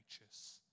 righteous